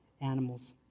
animals